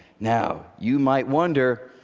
now you might wonder,